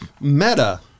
meta